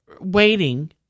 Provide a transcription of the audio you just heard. waiting